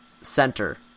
center